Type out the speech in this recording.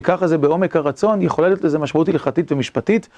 ככה זה בעומק הרצון, יכולה להיות לזה משמעות הלכתית ומשפטית.